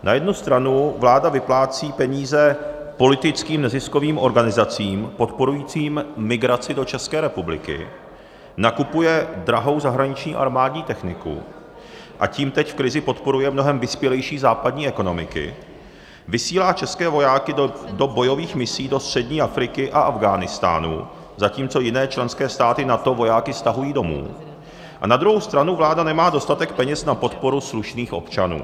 Na jednu stranu vláda vyplácí peníze politickým neziskovým organizacím podporujícím migraci do České republiky, nakupuje drahou zahraniční armádní techniku, a tím teď v krizi podporuje mnohem vyspělejší západní ekonomiky, vysílá české vojáky do bojových misí do střední Afriky a Afghánistánu, zatímco jiné členské státy NATO vojáky stahují domů, a na druhou stranu vláda nemá dostatek peněz na podporu slušných občanů.